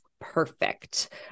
perfect